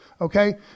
okay